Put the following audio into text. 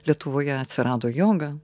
lietuvoje atsirado joga